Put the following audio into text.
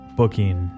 booking